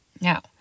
Now